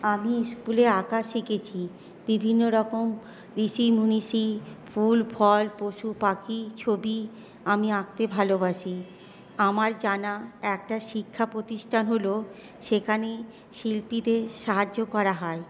আমি ইস্কুলে আঁকা শিখেছি বিভিন্ন রকম ঋষি মুনিশি ফুল ফল পশু পাখি ছবি আমি আঁকতে ভালোবাসি আমার জানা একটা শিক্ষা প্রতিষ্ঠান হলো সেখানে শিল্পীদের সাহায্য করা হয়